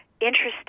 interesting